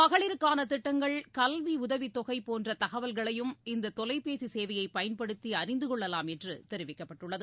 மகளிருக்கான திட்டங்கள் கல்வி உதவித் தொகை போன்ற தகவல்களும் இந்த தொலைபேசி சேவையைப் பயன்படுத்தி அறிந்து கொள்ளலாம் என்று தெரிவிக்கப்பட்டுள்ளது